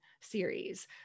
series